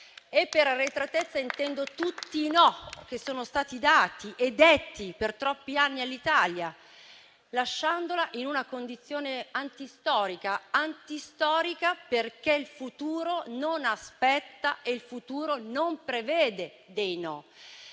E per arretratezza intendo tutti i no che sono stati dati e detti per troppi anni all'Italia, lasciandola in una condizione antistorica, perché il futuro non aspetta, il futuro non prevede dei no.